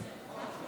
סבב שני,